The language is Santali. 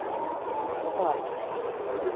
ᱡᱚᱛᱚᱣᱟᱜ ᱜᱮ